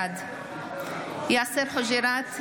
בעד יאסר חוג'יראת,